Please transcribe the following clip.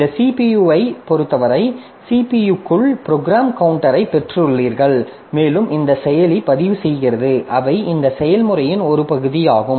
இந்த CPU ஐப் பொருத்தவரை CPU க்குள் ப்ரோக்ராம் கவுண்டரைப் பெற்றுள்ளீர்கள் மேலும் இந்த செயலி பதிவுசெய்கிறது அவை இந்த செயல்முறையின் ஒரு பகுதியாகும்